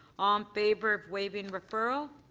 um favor of waiving referral.